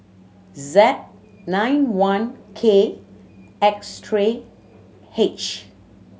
Z nine one K X three H